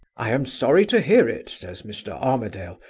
i am sorry to hear it says mr. armadale,